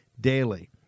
daily